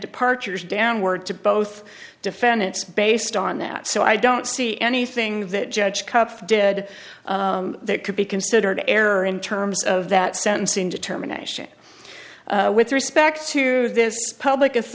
departures downward to both defendants based on that so i don't see anything that judge cup did that could be considered a error in terms of that sentencing determination with respect to this public